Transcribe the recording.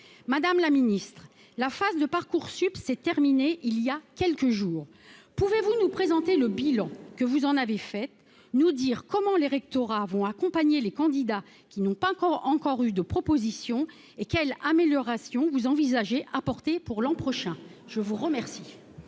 Madame la ministre, le processus de Parcoursup s'est terminé voilà quelques jours. Pouvez-vous nous présenter le bilan que vous en avez fait, nous indiquer comment les rectorats vont accompagner les candidats qui n'ont pas encore eu de proposition et nous présenter les améliorations que vous envisagez d'apporter pour l'an prochain ? La parole